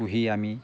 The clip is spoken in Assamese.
পুহি আমি